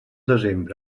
desembre